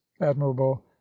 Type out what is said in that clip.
admirable